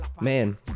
man